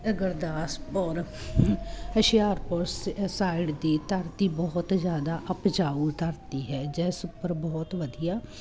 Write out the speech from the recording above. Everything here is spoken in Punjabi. ਗੁਰਦਾਸਪੁਰ ਹੁਸ਼ਿਆਰਪੁਰ ਸ ਸਾਈਡ ਦੀ ਧਰਤੀ ਬਹੁਤ ਜ਼ਿਆਦਾ ਉਪਜਾਊ ਧਰਤੀ ਹੈ ਜਿਸ ਉੱਪਰ ਬਹੁਤ ਵਧੀਆ